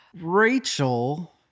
Rachel